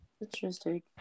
Interesting